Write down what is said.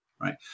right